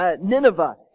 Nineveh